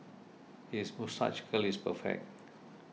his moustache curl is perfect